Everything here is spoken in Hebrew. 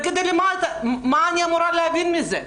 מה אני אמורה להבין מזה?